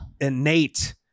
innate